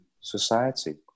society